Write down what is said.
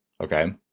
okay